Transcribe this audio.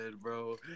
bro